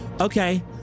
Okay